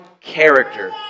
character